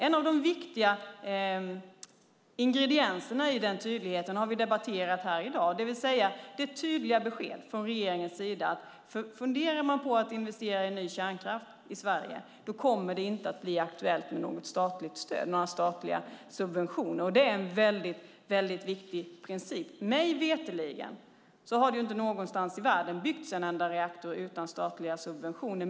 En av de viktiga ingredienserna i den tydligheten har vi debatterat här i dag, nämligen det tydliga beskedet från regeringen att om man funderar på att investera i ny kärnkraft i Sverige kommer det inte att bli aktuellt med några statliga subventioner. Det är en väldigt viktig princip. Mig veterligen har det inte någonstans i världen byggts en enda reaktor utan statliga subventioner.